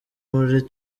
muri